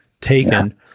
taken